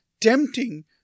tempting